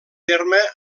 terme